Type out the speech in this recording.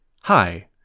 Hi